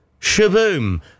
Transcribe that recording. Shaboom